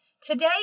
Today